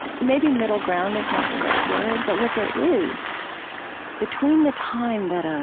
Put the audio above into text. maybe middle ground is not the right word, but what there is between the time that ah